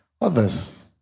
others